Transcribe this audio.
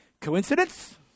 Coincidence